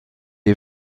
est